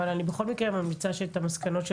אבל אני בכל מקרה ממליצה שאת המסקנות של